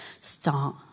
Start